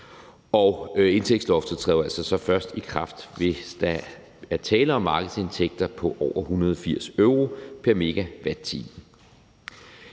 og indtægtsloftet træder jo altså så først i kraft, hvis der er tale om markedsindtægter på over 180 euro pr. megawatt-time.